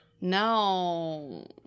No